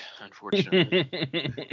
unfortunately